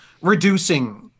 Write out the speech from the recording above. reducing